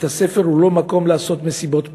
בית-הספר הוא לא מקום לעשות מסיבות פאר.